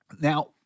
Now